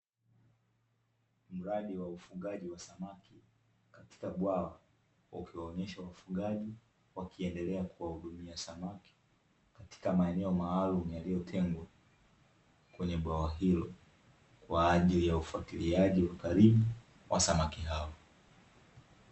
Mradi wa ufugaji wa samaki katika bwawa, ukiwaonyesha wafugaji wakiendelea kuwahudumia samaki, katika maeneo maalumu yaliyotengwa kwenye bwawa hilo, kwa ajili ya ufuatiliaji wa karibu wa samaki hao.